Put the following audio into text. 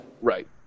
Right